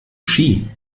ski